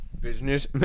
business